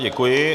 Děkuji.